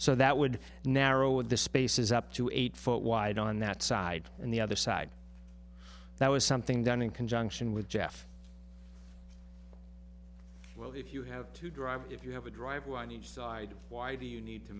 so that would narrow the spaces up to eight foot wide on that side and the other side that was something done in conjunction with jeff well if you have to drive if you have a dr who on each side why do you need to